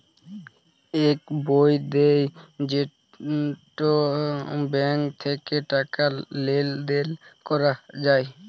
ইক বই দেয় যেইটা ব্যাঙ্ক থাক্যে টাকা লেলদেল ক্যরা যায়